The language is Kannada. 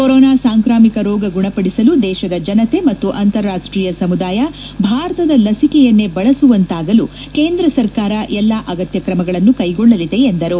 ಕೊರೋನಾ ಸಾಂಕಾಮಿಕ ರೋಗ ಗುಣಪಡಿಸಲು ದೇಶದ ಜನತೆ ಮತ್ತು ಅಂತಾರಾಷ್ಟೀಯ ಸಮುದಾಯ ಭಾರತದ ಲಿಕಿಯನ್ನೇ ಬಳಸುವಂತಾಗಲು ಕೇಂದ್ರ ಸರ್ಕಾರ ಎಲ್ಲಾ ಅಗತ್ನ ಕ್ರಮಗಳನ್ನು ಕೈಗೊಳ್ಳಲಿದೆ ಎಂದರು